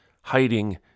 hiding